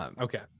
Okay